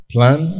Plan